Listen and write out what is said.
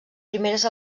primeres